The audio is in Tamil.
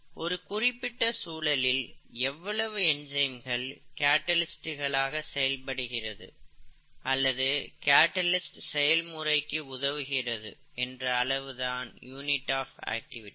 ஒரு குறிபிட்ட சூழலில் எவ்வளவு என்சைம்கள் கேட்டலிஸ்ட்டுகளாக செயல்படுகிறது அல்லது கேட்டலிஸ்ட்டு செயல்முறைக்கு உதவுகிறது என்ற அளவுதான் யூனிட் ஆஃப் ஆக்டிவிட்டி